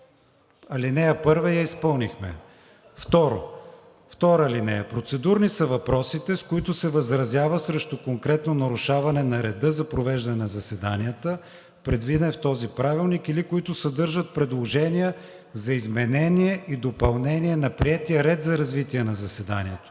Алинея 1 я изпълнихме. Алинея 2 „Процедурни са въпросите, с които се възразява срещу конкретно нарушаване на реда за провеждане на заседанията, предвиден в този правилник, или които съдържат предложения за изменение и допълнение на приетия ред за развитие на заседанието,